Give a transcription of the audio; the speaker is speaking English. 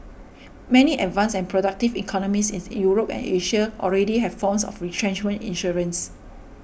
many advanced and productive economies is Europe and Asia already have forms of retrenchment insurance